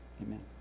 amen